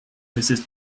mrs